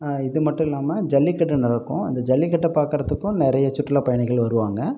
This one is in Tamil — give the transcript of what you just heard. இது மட்டும் இல்லாமல் ஜல்லிக்கட்டு நடக்கும் அந்த ஜல்லிக்கட்டை பார்க்கறத்துக்கும் நிறைய சுற்றுலா பயணிகள் வருவாங்க